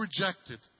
rejected